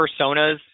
personas